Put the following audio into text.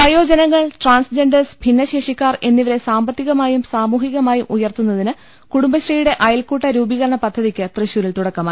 വയോജനങ്ങൾ transgenders ഭിന്നശേഷിക്കാർ എന്നി വരെ സാമ്പത്തികമായും സാമൂഹികമായും ഉയർത്തുന്നതിന് കുടുംബശ്രീയുടെ അയൽക്കൂട്ട രൂപീകരണ പദ്ധതിക്ക് തൃശൂരിൽ തുടക്കമായി